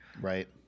Right